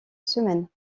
semaine